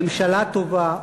ממשלה טובה,